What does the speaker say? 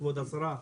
כבוד השרה,